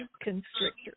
constrictor